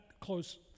close